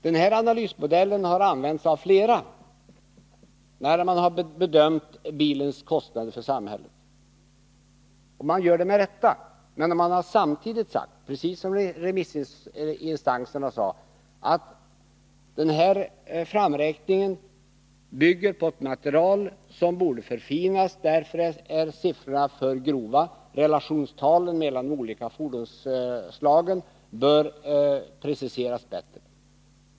Den analysmodellen har använts också av andra när man har bedömt bilens kostnader för samhället, och man har gjort det med rätta. Men man har samtidigt, precis som remissinstanserna, sagt att beräkningarna bygger på ett material som borde förfinas. Siffrorna är för grova, relationstalen mellan de olika fordonsslagen bör preciseras bättre.